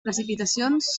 precipitacions